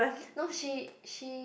no she she